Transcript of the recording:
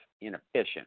inefficient